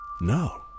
No